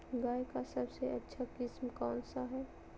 गाय का सबसे अच्छा किस्म कौन हैं?